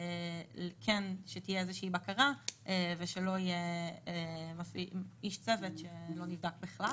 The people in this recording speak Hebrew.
כן שתהיה בקרה ושלא יהיה איש צוות שלא נבדק בכלל.